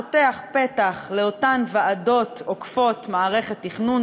פותח פתח לאותן ועדות עוקפות למערכת התכנון,